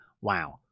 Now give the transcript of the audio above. wow